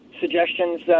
suggestions